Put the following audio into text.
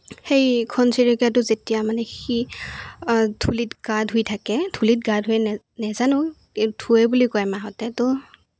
সেই ঘনচিৰিকাটো যেতিয়া মানে সি ধূলিত গা ধুই থাকে ধূলিত গা ধুৱে নাজানো ধুৱে বুলি কয় মাহঁতে তো